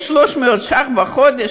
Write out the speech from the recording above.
1,300 שקל בחודש?